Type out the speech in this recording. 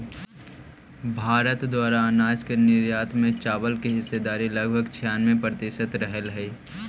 भारत द्वारा अनाज के निर्यात में चावल की हिस्सेदारी लगभग छियानवे प्रतिसत रहलइ हल